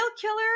killer